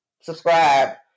subscribe